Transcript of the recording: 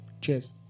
Cheers